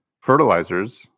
fertilizers